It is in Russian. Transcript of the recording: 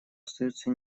остаются